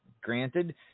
Granted